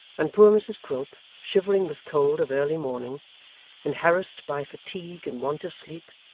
and poor mrs quilp, shivering with cold of early morning and harassed by fatigue and want of sleep,